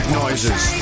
noises